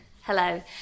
Hello